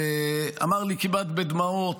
ואמר לי כמעט בדמעות: